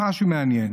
משהו מעניין: